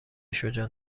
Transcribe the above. شجاع